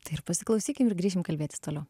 tai ir pasiklausykim ir grįšim kalbėtis toliau